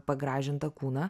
pagražintą kūną